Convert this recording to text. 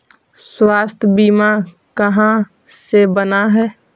स्वास्थ्य बीमा कहा से बना है?